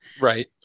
Right